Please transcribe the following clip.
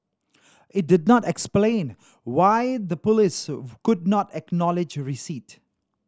it did not explain why the police could not acknowledge receipt